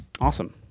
awesome